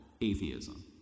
atheism